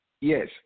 Yes